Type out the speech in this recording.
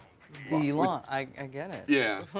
the lawn, i get it. yeah.